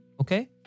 okay